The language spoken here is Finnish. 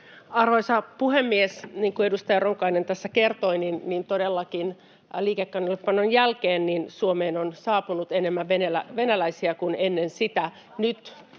Arvoisa puhemies! Niin kuin edustaja Ronkainen tässä kertoi, todellakin liikekannallepanon jälkeen Suomeen on saapunut enemmän venäläisiä kuin ennen sitä.